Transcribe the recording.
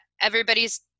everybody's